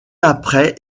après